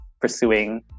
pursuing